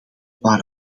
waar